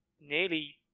nearly